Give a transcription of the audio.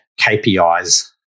KPIs